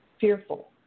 fearful